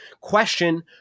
question